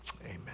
Amen